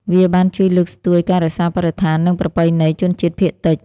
វាបានជួយលើកស្ទួយការរក្សាបរិស្ថាន និងប្រពៃណីជនជាតិភាគតិច។